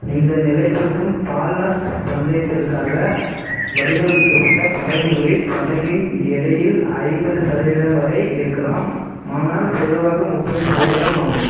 இந்த நிலைப்படுத்தும் பால்லாஸ்ட் பந்தயத்திற்காக வடிவமைக்கப்பட்ட படகுகளில் படகின் எடையில் ஐம்பது சதவீதம் வரை இருக்கலாம் ஆனால் பொதுவாக முப்பது சதவீதம் ஆகும்